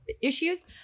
issues